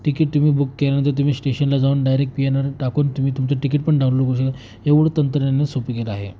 ticket तुम्ही book केल्यानंतर तुम्ही स्टेशनला जाऊन डायरेक्ट पि एन आर टाकून तुम्ही तुमचं तिकट पण डाउलो करु शकता एवढं तंत्रज्ञानाने सोपं केलं आहे